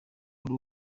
uri